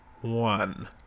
one